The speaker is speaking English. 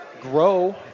grow